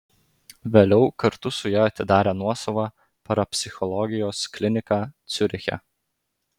vėliau kartu su ja atidarė nuosavą parapsichologijos kliniką ciuriche